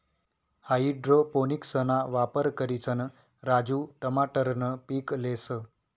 हाइड्रोपोनिक्सना वापर करिसन राजू टमाटरनं पीक लेस